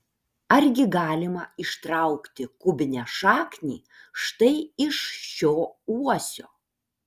argi galima ištraukti kubinę šaknį štai iš šio uosio